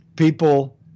People